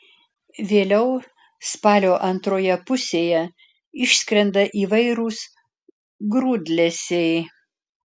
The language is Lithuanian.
vėliau spalio antroje pusėje išskrenda įvairūs grūdlesiai